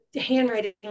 handwriting